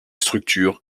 structures